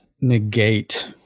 negate